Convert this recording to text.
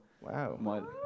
Wow